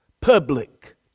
Public